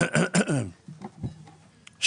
אני